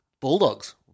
Bulldogs